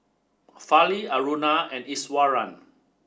Fali Aruna and Iswaran